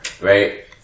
right